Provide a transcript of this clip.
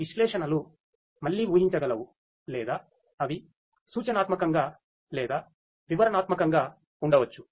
ఈ విశ్లేషణలు మళ్ళీ ఊహించగలవు లేదా అవి సూచనాత్మకంగా లేదా వివరణాత్మకంగా ఉండవచ్చు